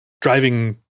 driving